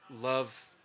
love